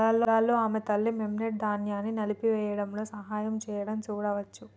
పొలాల్లో ఆమె తల్లి, మెమ్నెట్, ధాన్యాన్ని నలిపివేయడంలో సహాయం చేయడం చూడవచ్చు